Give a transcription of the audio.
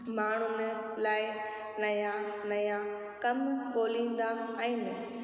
माण्हुनि लाइ नया नया कम ॻोल्हींदा आहिनि